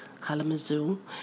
Kalamazoo